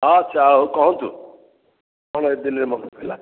ଆଚ୍ଛା ହଉ କୁହନ୍ତୁ କ'ଣ ଏତେ ଦିନରେ ମନେପଡ଼ିଲା